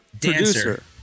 producer